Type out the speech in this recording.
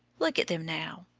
look at them now.